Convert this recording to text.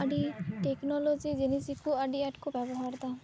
ᱟᱹᱰᱤ ᱴᱮᱠᱱᱳᱞᱳᱡᱤ ᱡᱤᱱᱤᱥ ᱜᱮᱠᱚ ᱟᱹᱰᱤ ᱟᱸᱴ ᱠᱚ ᱵᱮᱵᱚᱦᱟᱨᱮᱫᱟ